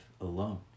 alone